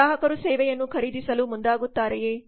ಗ್ರಾಹಕರು ಸೇವೆಯನ್ನು ಖರೀದಿಸಲು ಮುಂದಾಗುತ್ತಾರೆಯೇ